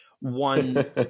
One